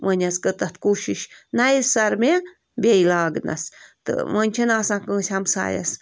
وَنہِ حط کٔر تَتھ کوٗشش نَیہِ سرٕ مےٚ بیٚیہِ لاگٕنس تہٕ وۅنۍ چھَنہٕ آسان کٲنٛسہِ ہمسایس